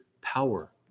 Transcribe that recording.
power